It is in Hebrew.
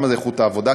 למה זה איכות העבודה,